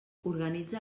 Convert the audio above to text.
organitza